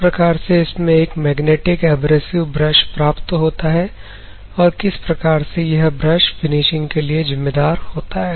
किस प्रकार से इसमें एक मैग्नेटिक एब्रेसिव ब्रश प्राप्त होता है और किस प्रकार से यह ब्रश फिनिशिंग के लिए जिम्मेदार होता है